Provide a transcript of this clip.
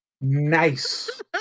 Nice